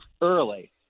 early